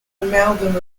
amalgam